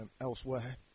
elsewhere